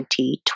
2020